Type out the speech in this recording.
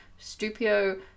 Stupio